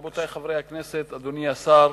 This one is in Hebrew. רבותי חברי הכנסת, אדוני השר,